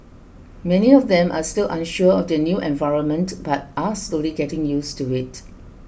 many of them are still unsure of their new environment but are slowly getting used to it